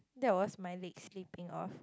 that was my leg slipping off